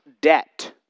debt